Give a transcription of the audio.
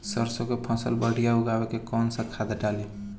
सरसों के फसल बढ़िया उगावे ला कैसन खाद डाली?